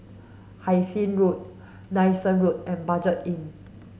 Hai Sing Road Nanson Road and Budget Inn